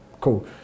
Cool